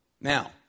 Now